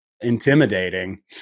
intimidating